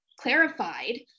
clarified